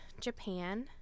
Japan